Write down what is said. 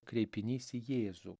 kreipinys į jėzų